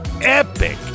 epic